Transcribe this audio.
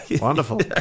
Wonderful